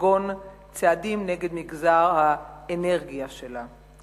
כגון צעדים נגד מגזר האנרגיה שלה.